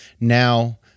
Now